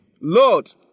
Lord